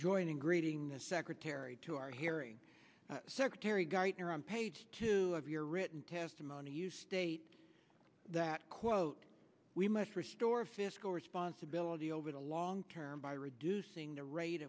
join in greeting the secretary to our hearing secretary geithner on page two of your written testimony you state that quote we must restore fiscal responsibility over the long term by reducing the rate